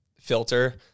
filter